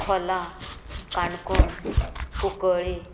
खोला काणकोण कुंकळे